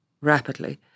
rapidly